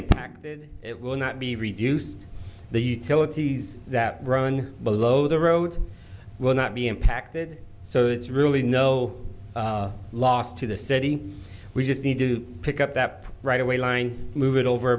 impacted it will not be reduced the philip these that run below the road will not be impacted so it's really no loss to the city we just need to pick up that right away line move it over